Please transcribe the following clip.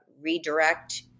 redirect